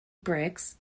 bricks